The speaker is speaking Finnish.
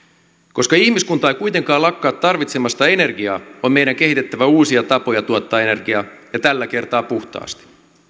koska ihmiskunta ei kuitenkaan lakkaa tarvitsemasta energiaa on meidän kehitettävä uusia tapoja tuottaa energiaa ja tällä kertaa puhtaasti